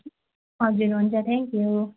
हजुर हुन्छ thank you